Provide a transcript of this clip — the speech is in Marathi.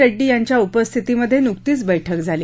रेङ्डी यांच्या उपस्थितीमध्ये न्कतीच बैठक झाली